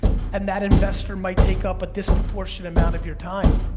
and that investor might take up a disproportionate amount of your time.